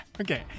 okay